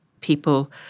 people